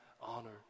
honor